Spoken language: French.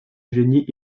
génie